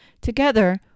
Together